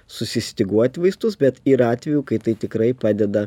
susistyguoti vaistus bet yra atvejų kai tai tikrai padeda